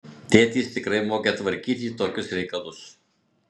tėtis tikrai moka tvarkyti tokius reikalus